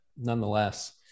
nonetheless